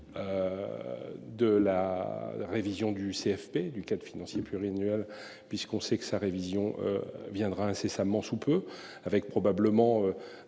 De la révision du CFP du quad financier pluriannuel puisqu'on sait que sa révision. Viendra incessamment sous peu avec probablement